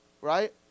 Right